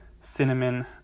cinnamon